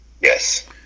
Yes